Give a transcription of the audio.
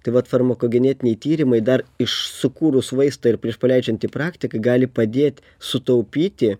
tai vat farmakogenetiniai tyrimai dar iš sukūrus vaistą ir prieš paleidžiant į praktiką gali padėt sutaupyti